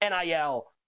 NIL